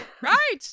right